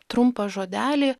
trumpą žodelį